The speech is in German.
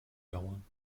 dauern